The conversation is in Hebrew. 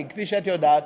כי כפי שאת יודעת,